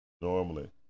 normally